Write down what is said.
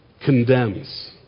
condemns